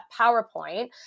PowerPoint